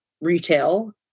retail